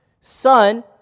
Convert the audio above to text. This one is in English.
Son